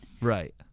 Right